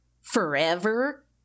forever